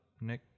Nick